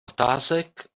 otázek